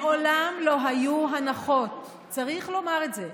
מעולם לא היו הנחות, צריך לומר את זה.